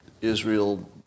Israel